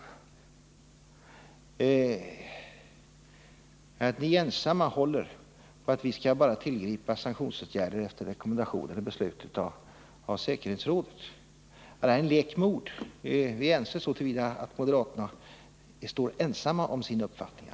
Ni säger att ni moderater ensamma håller på den principen att vi bara skall tillgripa sanktioner efter rekommendationer och beslut av säkerhetsrådet. Detta är en lek med ord. Vi är ense så till vida att moderaterna står ensamma om sin uppfattning.